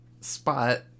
Spot